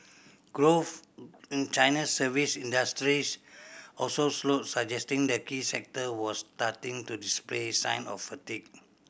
growth in China's service industries also slowed suggesting the key sector was starting to display sign of fatigue